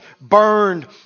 burned